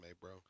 bro